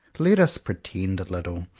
let us pretend a little,